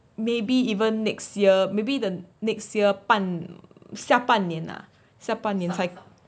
maybe even next year maybe the next year 半下半年下半年才